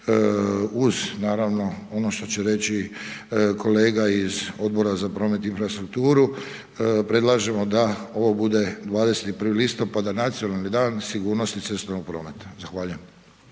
uz naravno ono što će reći kolega iz Odbora za pomorstvo, promet i infrastrukturu predlažemo da ovo bude 21. listopada Nacionalni dan sigurnosti cestovnog prometa. Zahvaljujem.